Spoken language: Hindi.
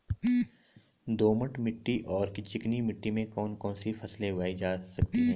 दोमट मिट्टी और चिकनी मिट्टी में कौन कौन सी फसलें उगाई जा सकती हैं?